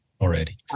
already